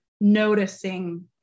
noticing